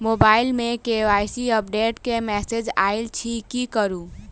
Mobile मे KYC update केँ message आइल अछि की करू?